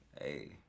Hey